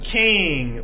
king